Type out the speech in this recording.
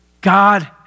God